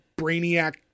brainiac